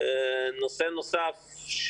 נושא נוסף,